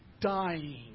dying